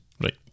right